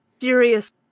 serious